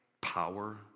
power